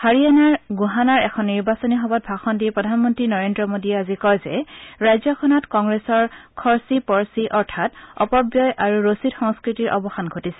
হাৰিয়াণাৰ গুহানাৰ এখন নিৰ্বাচনী সভাত ভাষণ দি প্ৰধানমন্তী নৰেন্দ্ৰ মোডীয়ে আজি কয় যে ৰাজ্যখনত কংগ্ৰেছৰ খৰ্চী পৰ্চী অৰ্থাৎ অপব্যয় আৰু ৰচিদ সংস্থতিৰ অৱসান ঘটিছে